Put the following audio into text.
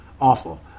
Awful